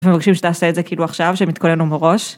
‫מבקשים שתעשה את זה כאילו עכשיו, ‫שהם יתכוננו מראש.